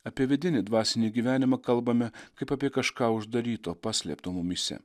apie vidinį dvasinį gyvenimą kalbame kaip apie kažką uždaryto paslėpto mumyse